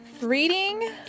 reading